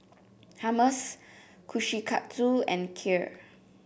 Hummus Kushikatsu and Kheer